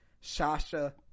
Sasha